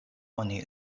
oni